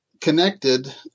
connected